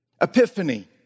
epiphany